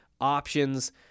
options